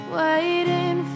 waiting